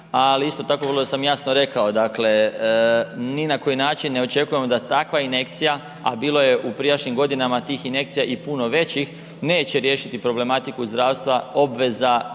isto tako vrlo sam jasno rekao dakle ni na koji način ne očekujemo da takva injekcija a bilo je u prijašnjim godinama tih injekcija i puno većih neće riješiti problematiku zdravstva, obveza,